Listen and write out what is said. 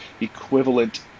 equivalent